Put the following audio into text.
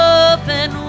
open